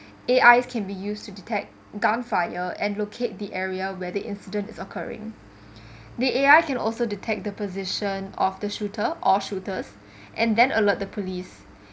A_I can be used to detect gunfire and locate the area where the incidents occurring the A_I can also detect the position of the shooter or shooters and then alert the police